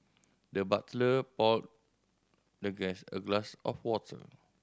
the butler poured the guest a glass of water